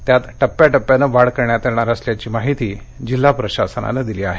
त्यात टप्प्याटप्प्याने वाढ करण्यात येणार असल्याची माहिती जिल्हा प्रशासनाने दिली आहे